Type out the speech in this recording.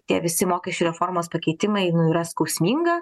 tie visi mokesčių reformos pakeitimai yra skausminga